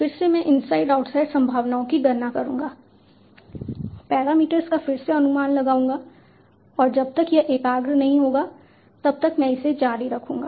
फिर से मैं इनसाइड आउटसाइड संभावनाओं की गणना करूंगा पैरामीटर्स का फिर से अनुमान लगाऊंगा और जब तक यह एकाग्र नहीं होगा तब तक मैं इसे जारी रखूंगा